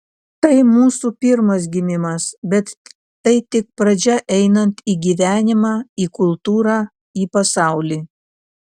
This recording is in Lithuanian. tai mūsų pirmas gimimas bet tai tik pradžia einant į gyvenimą į kultūrą į pasaulį